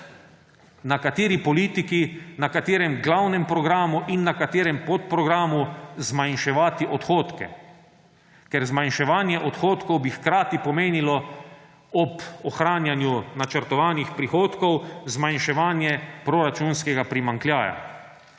na kateri politiki, na katerem glavnem programu in na katerem podprogramu zmanjševati odhodke. Ker zmanjševanje odhodkov bi hkrati pomenilo ob ohranjanju načrtovanih prihodkov zmanjševanje proračunskega primanjkljaja.